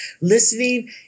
Listening